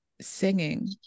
singing